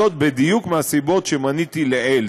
בדיוק מהסיבות שמניתי לעיל.